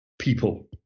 people